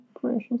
precious